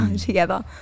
together